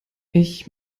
ich